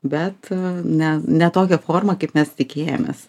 bet ne ne tokia forma kaip mes tikėjomės